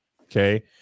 Okay